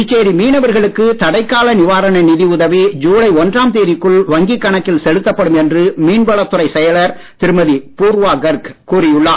புதுச்சேரி மீனவர்களுக்கு தடை கால நிவாரண நிதி உதவி ஜுலை ஒன்றாம் தேதிக்குள் வங்கி கணக்கில் செலுத்தப்படும் என்று மீன்வளத் துறை செயலர் திருமதி பூர்வா கர்க் கூறி உள்ளார்